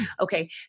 Okay